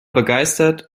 begeistert